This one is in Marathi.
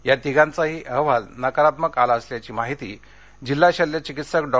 त्या तिघांचाही अहवाल निगेटिव्ह आला असल्याची माहिती जिल्हा शल्यचिकित्सक डॉ